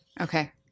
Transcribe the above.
Okay